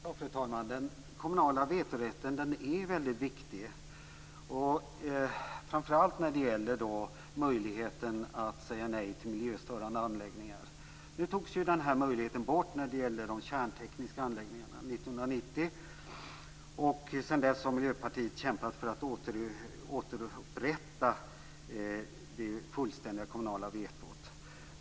Fru talman! Den kommunala vetorätten är väldigt viktig, framför allt när det gäller möjligheten att säga nej till miljöstörande anläggningar. Nu togs den här möjligheten bort 1990 när det gällde de kärntekniska anläggningarna. Sedan dess har Miljöpartiet kämpat för att återupprätta det fullständiga kommunala vetot.